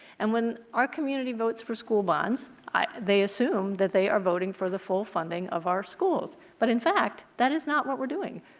and when our community votes for school bonds they assume they are voting for the full funding of our schools but, in fact, that is not what we are doing.